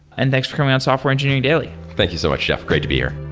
and thanks for coming on software engineering daily thank you so much, jeff. great to be here.